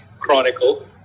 Chronicle